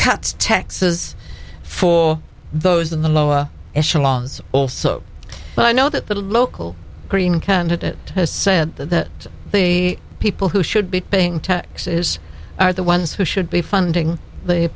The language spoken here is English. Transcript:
cuts taxes for those in the lower echelons also but i know that the local green candidate has said that the people who should be paying taxes are the ones who should be funding the